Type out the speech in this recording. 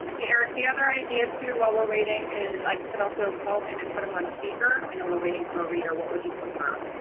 eric, the other idea, too, while we're waiting is i can also call him and put him on speaker. i know we're waiting for a reader, what would you prefer?